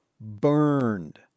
burned